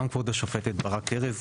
גם כבוד השופטת ברק ארז,